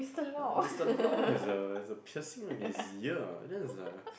uh Mister Lau has a has a piercing on his ear that's a